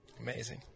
Amazing